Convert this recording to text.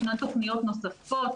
יש תכניות נוספות.